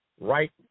right